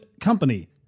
company